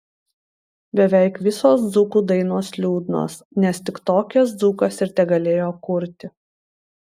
beveik visos dzūkų dainos liūdnos nes tik tokias dzūkas ir tegalėjo kurti